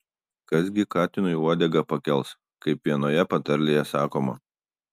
kas gi katinui uodegą pakels kaip vienoje patarlėje sakoma